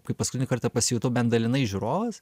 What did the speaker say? kai paskutinį kartą pasijutau bent dalinai žiūrovas